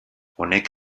honek